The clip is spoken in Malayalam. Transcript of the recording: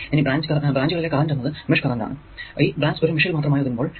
ഇനി ഈ ബ്രാഞ്ചുകളിലെ കറന്റ് എന്നത് മെഷ് കറന്റ് ആണ് ഈ ബ്രാഞ്ച് ഒരു മെഷിൽ മാത്രമായി ഒതുങ്ങുമ്പോൾ